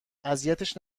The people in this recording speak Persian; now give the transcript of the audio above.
اذیتش